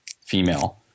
female